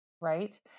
right